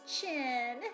chin